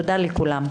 תודה לכולם.